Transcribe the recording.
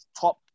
top